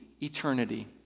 eternity